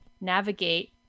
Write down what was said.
navigate